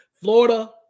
Florida